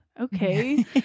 okay